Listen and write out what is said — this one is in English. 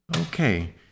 Okay